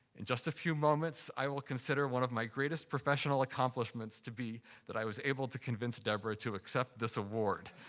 in just a few moments, i will consider one of my greatest professional accomplishments to be that i was able to convince deborah to accept this award,